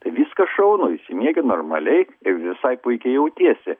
tai viskas šaunu išsimiegi normaliai visai puikiai jautiesi